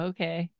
Okay